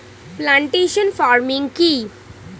Plantation farming কি?